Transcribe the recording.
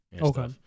Okay